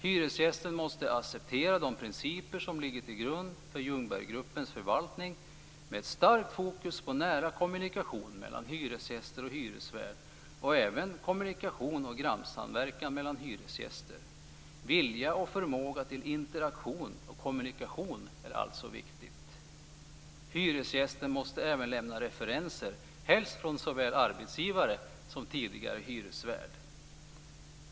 Hyresgästen måste acceptera de principer som ligger till grund för LjungbergGruppens förvaltning, med ett starkt fokus på nära kommunikation mellan hyresgäster och hyresvärd, och även kommunikation och grannsamverkan mellan hyresgäster. Vilja och förmåga till interaktion och kommunikation är alltså viktigt. Hyresgästen måste även lämna referenser, helst från såväl arbetsgivare som tidigare hyresvärd.